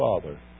father